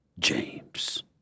James